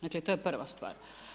Dakle to je prva stvar.